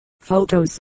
Photos